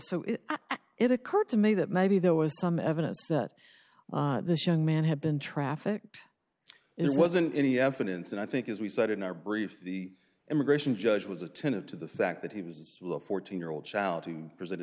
so it occurred to me that maybe there was some evidence that this young man had been trafficked it wasn't any evidence and i think as we said in our brief the immigration judge was attentive to the fact that he was a fourteen year old child he presented